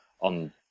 on